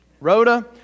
Rhoda